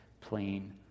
plain